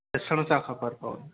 ॾिसण सां ख़बर पओ